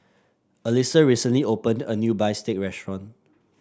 Alisa recently opened a new bistake restaurant